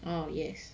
oh yes